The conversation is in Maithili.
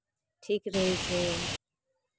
ठीक रहै छै